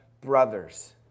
brothers